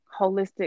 holistic